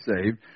saved